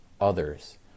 others